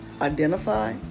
identify